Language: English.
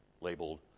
labeled